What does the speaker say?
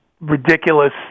ridiculous